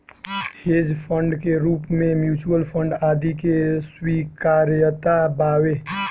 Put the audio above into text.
hedge fund के रूप में म्यूच्यूअल फंड आदि के स्वीकार्यता बावे